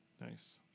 Nice